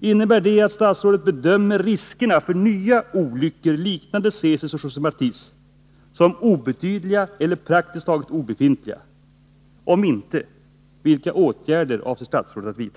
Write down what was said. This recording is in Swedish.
Innebär det att statsrådet bedömer riskerna för nya olyckor, liknande Tsesisoch José Martisolyckorna, som obetydliga eller praktiskt taget obefintliga? Om inte, vilka åtgärder avser statsrådet att vidta?